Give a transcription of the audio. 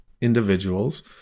individuals